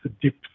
dip